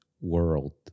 world